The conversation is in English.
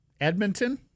Edmonton